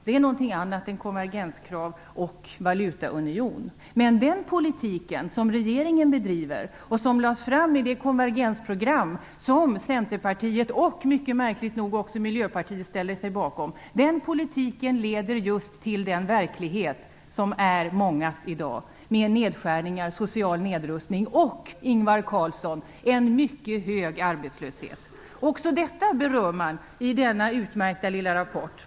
Det är något annat än konvergenskrav och valutaunion! Den politik som regeringen bedriver och som lades fram i det konvergensprogram som Centerpartiet och märkligt nog också Miljöpartiet ställde sig bakom leder just till den verklighet som är mångas i dag med nedskärningar, social nedrustning och en mycket hög arbetslöshet, Ingvar Carlsson! Också detta berörs i den utmärkta lilla rapporten.